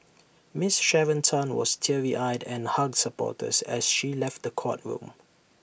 miss Sharon Tan was teary eyed and hugged supporters as she left the courtroom